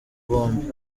bombi